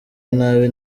nabi